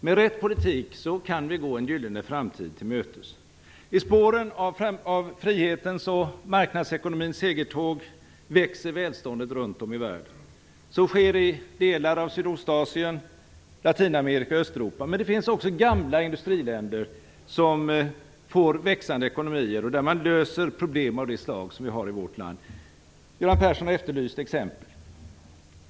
Med rätt politik kan vi gå en gyllene framtid till mötes. I spåren av frihetens och marknadsekonomins segertåg växer välståndet runt om i världen. Så sker i delar av Sydostasien, Latinamerika och Östeuropa. Men det finns också gamla industriländer som får växande ekonomier och där man löser problem av det slag som vi har i vårt land. Göran Persson efterlyste exempel.